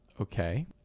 Okay